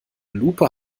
lupe